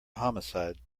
homicide